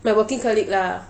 my working colleague lah